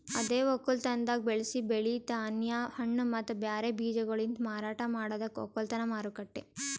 ಅದೇ ಒಕ್ಕಲತನದಾಗ್ ಬೆಳಸಿ ಬೆಳಿ, ಧಾನ್ಯ, ಹಣ್ಣ ಮತ್ತ ಬ್ಯಾರೆ ಬೀಜಗೊಳಲಿಂತ್ ಮಾರಾಟ ಮಾಡದಕ್ ಒಕ್ಕಲತನ ಮಾರುಕಟ್ಟೆ